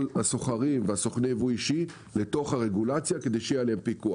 הסוחרים וסוכני היבוא האישי לתוך הרגולציה כדי שיהיה עליהם פיקוח,